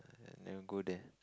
never go there